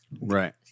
Right